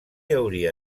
hauria